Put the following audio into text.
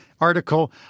article